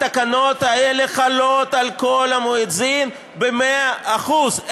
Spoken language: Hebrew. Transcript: חלות על קול המואזין במאה אחוז.